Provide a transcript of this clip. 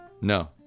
No